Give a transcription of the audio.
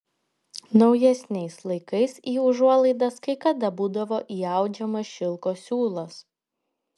naujesniais laikais į užuolaidas kai kada būdavo įaudžiamas šilko siūlas